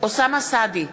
אוסאמה סעדי,